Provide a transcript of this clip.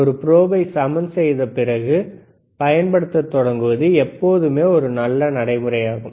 ஒரு ப்ரோபை சமன் செய்த பிறகு பயன்படுத்த தொடங்குவது எப்போதுமே ஒரு நல்ல நடைமுறையாகும்